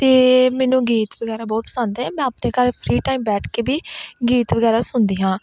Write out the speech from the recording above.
ਅਤੇ ਮੈਨੂੰ ਗੀਤ ਵਗੈਰਾ ਬਹੁਤ ਪਸੰਦ ਆ ਮੈਂ ਆਪਣੇ ਘਰ ਫਰੀ ਟਾਈਮ ਬੈਠ ਕੇ ਵੀ ਗੀਤ ਵਗੈਰਾ ਸੁਣਦੀ ਹਾਂ